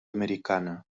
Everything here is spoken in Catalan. americana